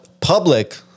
public